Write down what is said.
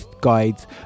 guides